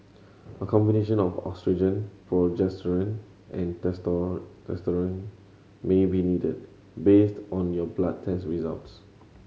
a combination of oestrogen progesterone and testosterone may be needed based on your blood test results